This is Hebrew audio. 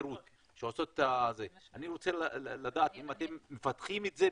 אין ספק שהתלמידים בחטיבה העליונה גם בממוצע הארצי